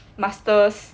masters